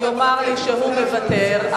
יאמר לי שהוא מוותר,